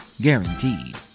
Guaranteed